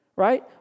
right